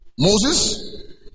Moses